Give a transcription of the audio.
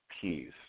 peace